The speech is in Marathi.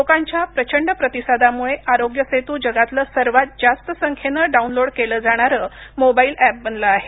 लोकांच्या प्रचंड प्रतिसादामुळे आरोग्य सेतू जगातलं सर्वात जास्त संख्येनं डाऊनलोड केलं जाणारं मोबाईल एप बनलं आहे